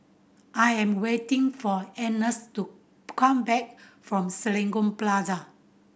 I am waiting for Ernest to come back from Serangoon Plaza